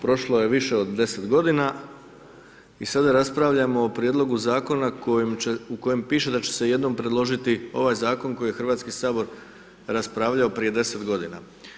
Prošlo je više od 10 godina i sada raspravljamo o prijedlogu Zakona u kojem piše da će se jednom predložiti ovaj Zakon koji je HS raspravljao prije 10 godina.